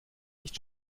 nicht